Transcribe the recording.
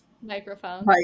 microphone